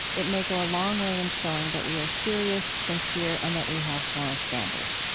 it may go a long way in showing that we are serious, sincere, and that we have moral standards.